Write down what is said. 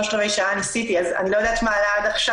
אני לא יודעת מה היה עד עכשיו.